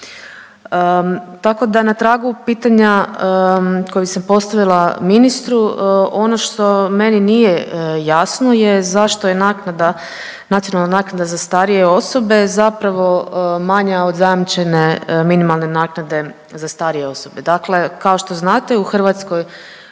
Tako da na tragu pitanja koje sam postavila ministru ono što meni nije jasno je zašto je naknada, nacionalna naknada za starije osobe zapravo manja od zajamčene minimalne naknade za starije osobe. Dakle, kao što znate i u Hrvatskoj